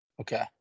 Okay